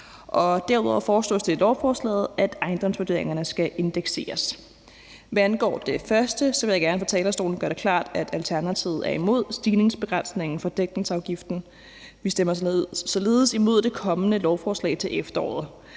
Derudover foreslås det i lovforslaget, at ejendomsvurderingerne skal indekseres. Hvad angår det første, vil jeg gerne fra talerstolen gøre det klart, at Alternativet er mod stigningsbegrænsningen for dækningsafgiften. Vi stemmer således imod det kommende lovforslag til efteråret.